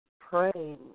praying